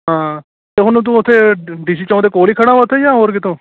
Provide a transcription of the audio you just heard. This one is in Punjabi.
ਹਾਂ ਅਤੇ ਹੁਣ ਤੂੰ ਉੱਥੇ ਡੀ ਸੀ ਚੌਂਕ ਦੇ ਕੋਲ ਹੀ ਖੜ੍ਹਾ ਉੱਥੇ ਜਾਂ ਹੋਰ ਕਿਤੋਂ